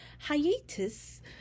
hiatus